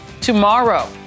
tomorrow